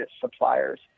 supplier's